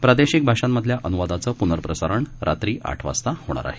प्रादेशिकभाषांमधल्याअन्वादाचंप्नःप्रसारणरात्रीआठवाजताहोणारआहे